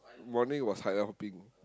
morning was hopping